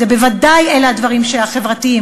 ובוודאי היא נושאת את הנס והדגל החברתי,